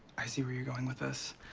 i see where you're going with us.